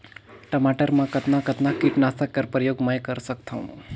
टमाटर म कतना कतना कीटनाशक कर प्रयोग मै कर सकथव?